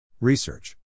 Research